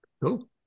Cool